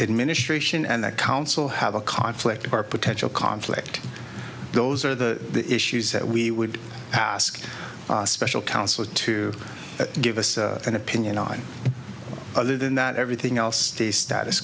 administration and the council have a conflict or potential conflict those are the issues that we would ask special counsel to give us an opinion on other than that everything else the status